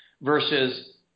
versus